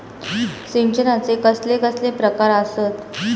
सिंचनाचे कसले कसले प्रकार आसत?